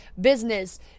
business